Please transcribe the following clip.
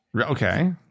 Okay